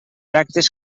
actes